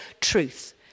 truth